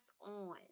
on